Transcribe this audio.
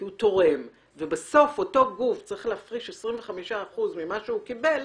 כי הוא תורם ובסוף אותו הגוף צריך להפריש 25% ממה שהוא קיבל